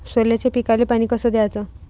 सोल्याच्या पिकाले पानी कस द्याचं?